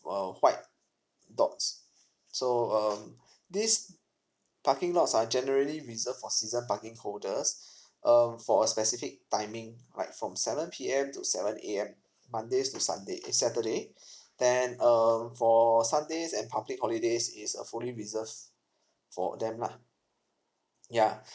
uh white dots so um these parking lots are generally reserved for season parking holders um for a specific timing right from seven P_M to seven A_M mondays to sunday eh saturday then uh for sundays and public holidays it's uh fully reserved for them lah ya